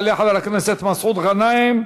יעלה חבר הכנסת מסעוד גנאים,